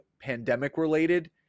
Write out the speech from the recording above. pandemic-related